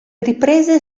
riprese